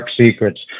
secrets